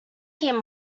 him